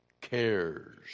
Cares